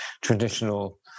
traditional